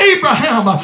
Abraham